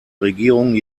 regierung